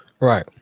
right